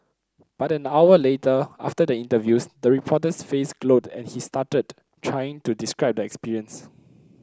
but an hour later after the interviews the reporter's face glowed and he stuttered trying to describe the experience